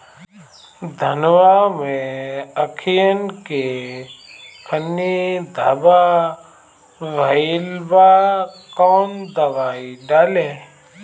धनवा मै अखियन के खानि धबा भयीलबा कौन दवाई डाले?